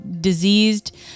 diseased